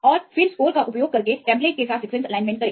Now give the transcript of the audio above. और फिर स्कोर का उपयोग करके टेम्पलेट के साथ सीक्वेंस एलाइनमेंट करें